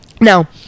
Now